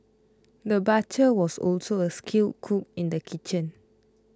the butcher was also a skilled cook in the kitchen